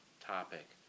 topic